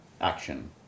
action